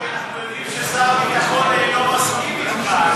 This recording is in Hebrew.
כי אנחנו יודעים ששר הביטחון אינו מסכים אתך,